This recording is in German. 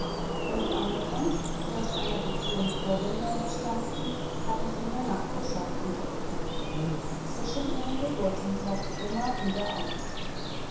fünf anderen die aus einer beziehung vor wilhelm bestanden hatten sie in der nachbarschaft untergebracht zwischen ihren geburten trat sie weiter auf